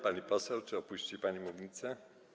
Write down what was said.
Pani poseł, czy opuści pani mównicę?